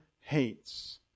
hates